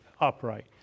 upright